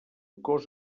cos